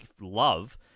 love